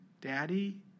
Daddy